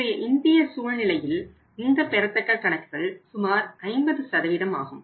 இன்றைய இந்திய சூழ்நிலையில் இந்த பெறத்தக்க கணக்குகள் சுமார் 50 ஆகும்